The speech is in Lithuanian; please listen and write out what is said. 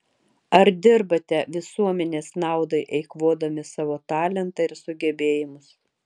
ar dirbate visuomenės naudai eikvodami savo talentą ir sugebėjimus